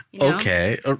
Okay